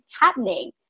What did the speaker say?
happening